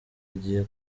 agiye